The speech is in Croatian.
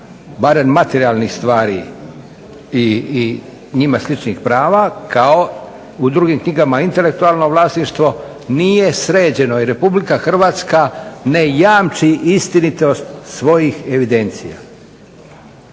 barem materijalnih stvari i njima sličnih prava kao u drugim knjigama intelektualno vlasništvo nije sređeno i RH ne jamči istinitost svojih evidencija.